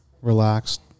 relaxed